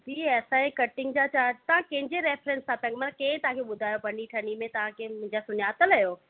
दी असांजे कटिंग जा चार्ज तव्हां कंहिंजे रेफरेंस ता मां केरु तव्हांखे ॿुधायो बनी ठनी में तव्हांखे मुंहिंजा सुञातल आहियो